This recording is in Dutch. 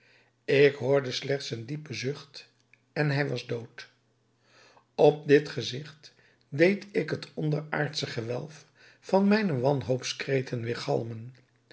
ik hoorde slechts een diepen zucht en hij was dood op dit gezigt deed ik het onderaardsche gewelf van mijne wanhoopskreten